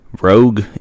Rogue